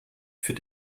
für